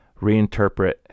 reinterpret